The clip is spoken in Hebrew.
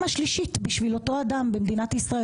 השלישית בשביל אותו אדם במדינת ישראל.